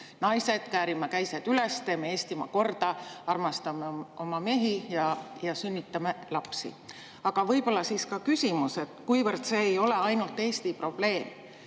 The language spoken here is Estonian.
naised, käärime käised üles, teeme Eestimaa korda, armastame oma mehi ja sünnitame lapsi. Aga nüüd võib-olla ka küsimus. Kuivõrd see ei ole ainult Eesti probleem,